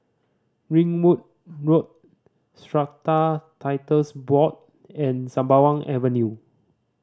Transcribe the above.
Ringwood Road Strata Titles Board and Sembawang Avenue